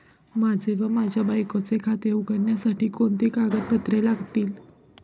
माझे व माझ्या बायकोचे खाते उघडण्यासाठी कोणती कागदपत्रे लागतील?